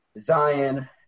Zion